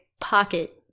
pocket